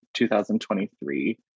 2023